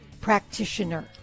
practitioner